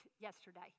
yesterday